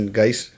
guys